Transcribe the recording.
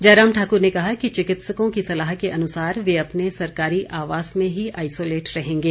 जयराम ठाकुर ने कहा कि चिकित्सकों की सलाह के अनुसार वे अपने सरकारी आवास में ही आइसोलेट रहेंगे